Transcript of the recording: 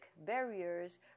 barriers